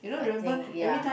I think ya